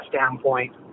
standpoint